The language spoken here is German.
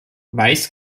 weiß